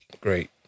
Great